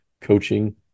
coaching